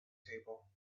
table